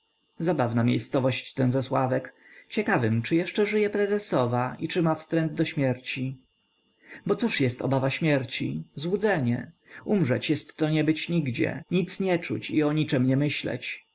zabawna miejscowość ten zasławek ciekawym czy jeszcze żyje prezesowa i czy ma wstręt do śmierci bo cóżto jest obawa śmierci złudzenie umrzeć jestto niebyć nigdzie nic nie czuć i o niczem nie myśleć